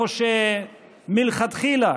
שבהם מלכתחילה